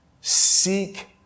seek